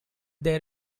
their